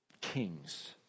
kings